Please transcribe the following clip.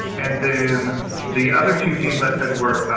and then the other two teams i said were,